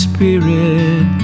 Spirit